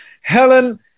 Helen